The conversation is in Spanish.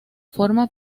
forma